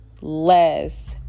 less